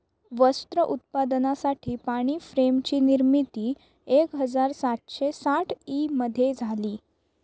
वस्त्र उत्पादनासाठी पाणी फ्रेम ची निर्मिती एक हजार सातशे साठ ई मध्ये झाली